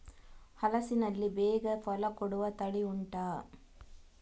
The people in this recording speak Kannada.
ಹಲಸಿನಲ್ಲಿ ಬೇಗ ಫಲ ಕೊಡುವ ತಳಿ ಉಂಟಾ